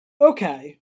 okay